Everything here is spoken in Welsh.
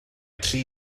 tri